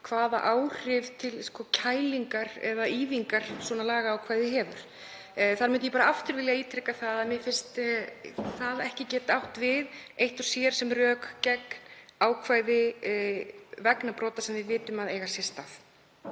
hvaða áhrif til kælingar eða ýfingar lagaákvæði hefur. Þar myndi ég aftur vilja ítreka að mér finnst það geta ekki átt við eitt og sér sem rök gegn ákvæði vegna brota sem við vitum að eiga sér stað.